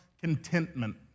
contentment